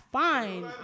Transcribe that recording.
fine